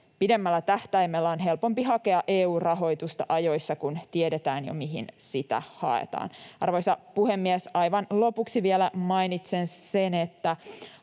pidemmällä tähtäimellä, on helpompi hakea EU-rahoitusta ajoissa, kun tiedetään jo mihin sitä haetaan. Arvoisa puhemies! Aivan lopuksi vielä mainitsen, että